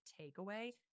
takeaway